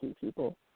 people